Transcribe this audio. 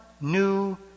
new